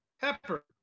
pepper